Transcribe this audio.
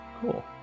Cool